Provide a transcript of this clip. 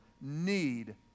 need